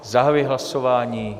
Zahajuji hlasování.